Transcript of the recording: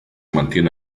mantiene